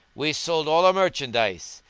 we sold all our merchandise.